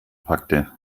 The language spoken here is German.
packte